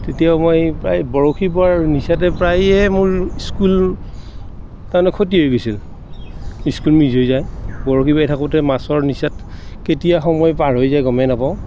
তেতিয়া মই প্ৰায় বৰশী বোৱাৰ নিচাতে প্ৰায়ে মোৰ স্কুল তাৰমানে ক্ষতি হৈ গৈছিল স্কুল মিছ হৈ যায় বৰশী বাই থাকোঁতে মাছৰ নিচাত কেতিয়া সময় পাৰ হৈ যায় গমেই নাপাওঁ